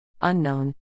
Unknown